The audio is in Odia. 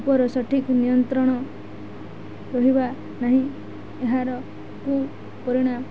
ଉପର ସଠିକ୍ ନିୟନ୍ତ୍ରଣ ରହିବା ନାହିଁ ଏହାର କୁପରିଣାମ